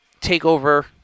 TakeOver